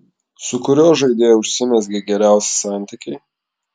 su kuriuo žaidėju užsimezgė geriausi santykiai